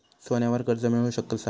सोन्यावर कर्ज मिळवू कसा?